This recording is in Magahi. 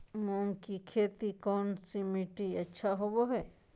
मूंग की खेती कौन सी मिट्टी अच्छा होबो हाय?